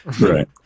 Right